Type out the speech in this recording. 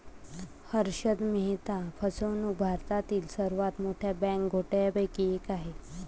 हर्षद मेहता फसवणूक भारतातील सर्वात मोठ्या बँक घोटाळ्यांपैकी एक आहे